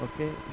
Okay